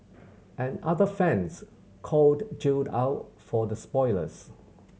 and other fans called Jill out for the spoilers